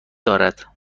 دارد